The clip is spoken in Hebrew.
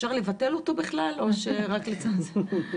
אפשר לבטל אותו בכלל או רק לצמצם?